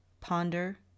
ponder